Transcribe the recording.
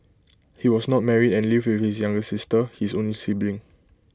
he was not married and lived with his younger sister his only sibling